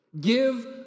Give